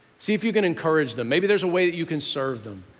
see if you can encourage them. maybe there's a way that you can serve them.